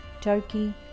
Turkey